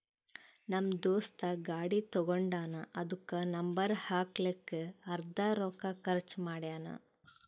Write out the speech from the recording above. ನಮ್ ದೋಸ್ತ ಗಾಡಿ ತಗೊಂಡಾನ್ ಅದುಕ್ಕ ನಂಬರ್ ಹಾಕ್ಲಕ್ಕೆ ಅರ್ದಾ ರೊಕ್ಕಾ ಖರ್ಚ್ ಮಾಡ್ಯಾನ್